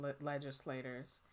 legislators